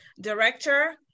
director